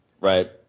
Right